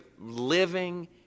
living